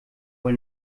wohl